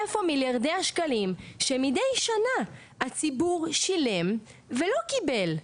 איפה מיליארדי השקלים שמידי שנה הציבור שילם ולא קיבל?